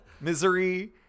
Misery